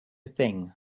thing